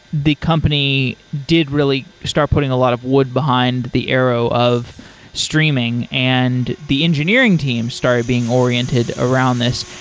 the company did really start putting a lot of wood behind the arrow of streaming and the engineering team started being oriented around this.